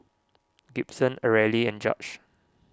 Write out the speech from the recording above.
Gibson Areli and Judge